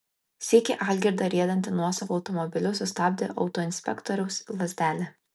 sykį algirdą riedantį nuosavu automobiliu sustabdė autoinspektoriaus lazdelė